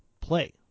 play